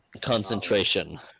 Concentration